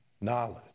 knowledge